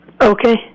Okay